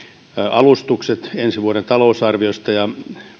alustukset ensi vuoden talousarviosta ja